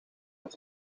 het